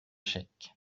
chèques